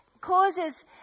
causes